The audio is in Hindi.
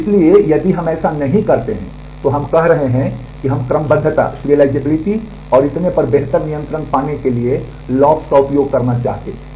इसलिए यदि हम ऐसा नहीं करते हैं तो हम कह रहे हैं कि हम क्रमबद्धता का उपयोग करना चाहते थे